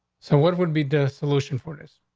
so what would be the solution for this?